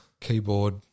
Keyboard